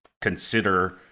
consider